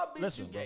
listen